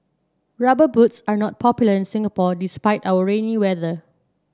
rubber boots are not popular in Singapore despite our rainy weather